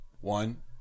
One